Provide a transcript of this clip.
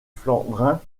flandrin